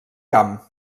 camp